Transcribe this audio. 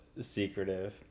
secretive